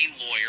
lawyer